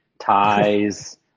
ties